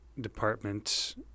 department